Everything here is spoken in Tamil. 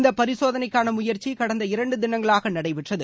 இந்த பரிசோதனைக்கான முயற்சி கடந்த இரண்டு தினங்களாக நடைபெற்றது